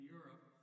Europe